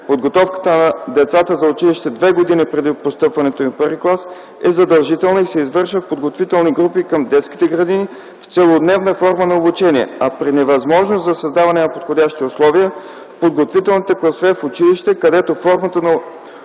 Подготовката на децата за училище две години преди постъпването им в първи клас е задължителна и се извършва в подготвителни групи към детските градини в целодневна форма на обучение, а при невъзможност за създаване на подходящи условия – в подготвителни класове в училище , където формата на обучение